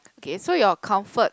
okay so your comfort